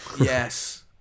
Yes